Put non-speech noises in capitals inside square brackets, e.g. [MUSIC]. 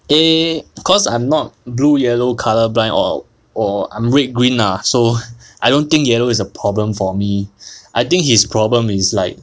err cause I'm not blue yellow colour-blind or or I'm red green lah so [BREATH] I don't think yellow is a problem for me I think his problem is like